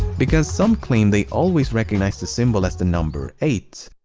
because some claim they always recognized the symbol as the number eight.